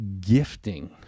gifting